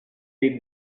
did